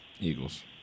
Eagles